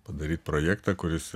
padaryt projektą kuris